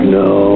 no